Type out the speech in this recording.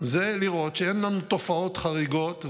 זה לראות שאין לנו תופעות חריגות,